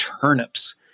turnips